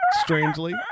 strangely